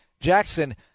Jackson